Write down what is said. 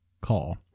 call